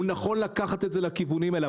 הוא נכון לקחת את זה לכיוונים הללו.